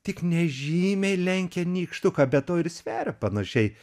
tik nežymiai lenkia nykštuką be to ir sveria panašiai